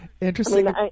Interesting